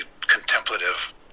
contemplative